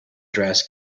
dress